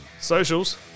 Socials